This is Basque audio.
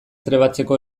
trebatzeko